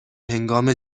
هنگام